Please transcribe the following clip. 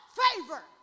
favor